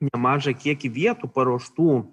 nemažą kiekį vietų paruoštų